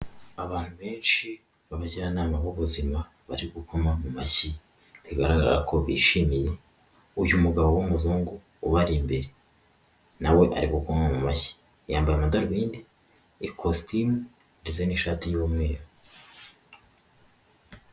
Abantu benshi b'abajyanama b'ubuzima bari gukoma mu mashyi bigaragara ko bishimiye uyu mugabo w'umuzungu ubari imbere. Na we ari gukoma mu mashyi yambara amadarubindi, ikositimu ndetse n'ishati y'umweru.